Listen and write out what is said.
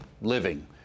living